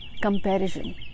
comparison